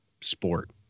Sport